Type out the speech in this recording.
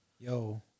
Yo